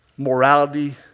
Morality